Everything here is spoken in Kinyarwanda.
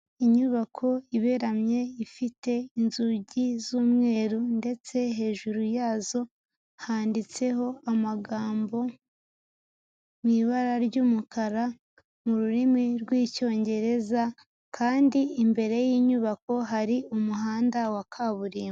Inyubako iberamye ifite inzugi z'umweru ndetse hejuru yazo handitseho amagambo mu ibara ry'umukara mu rurimi rw'icyongereza, kandi imbere y'inyubako hari umuhanda wa kaburimbo.